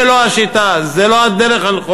זו לא השיטה, זו לא הדרך הנכונה.